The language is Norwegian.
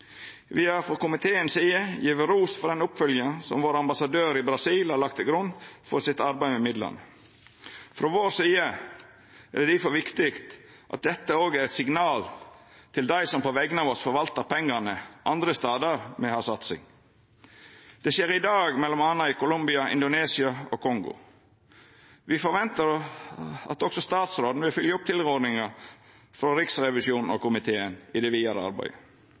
frå komiteen si side gjeve ros for den oppfølginga som ambassadøren vår i Brasil har lagt til grunn for sitt arbeid med midlane. Frå vår side er det difor viktig at dette òg er eit signal til dei som på vegner av oss forvaltar pengane andre stader me har satsing. Det skjer i dag m.a. i Colombia, Indonesia og Kongo. Me forventar at også statsråden vil følgja opp tilrådinga frå Riksrevisjonen og komiteen i det vidare arbeidet.